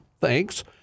Thanks